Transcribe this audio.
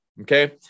Okay